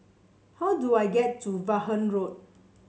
how do I get to Vaughan Road